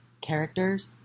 characters